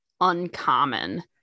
uncommon